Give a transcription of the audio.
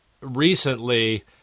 recently